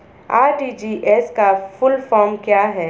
RTGS का full form क्या है?